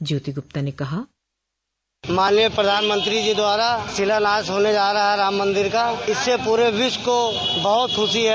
ज्योति गूप्ता ने कहा बाइट माननीय प्रधानमंत्री जी द्वारा शिलान्यास होने जा रहा है राम मन्दिर का इससे पूरे विश्व को बहुत खुशी है